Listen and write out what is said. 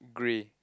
grey